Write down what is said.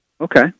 Okay